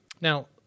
Now